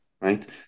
right